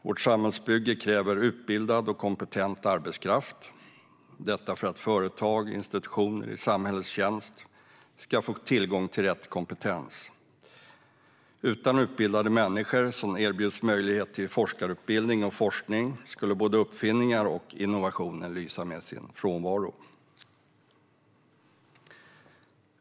Vårt samhällsbygge kräver utbildad och kompetent arbetskraft för att företag och institutioner i samhällets tjänst ska få tillgång till rätt kompetens. Utan utbildade människor som erbjuds möjlighet till forskarutbildning och forskning skulle både uppfinningar och innovationer lysa med sin frånvaro.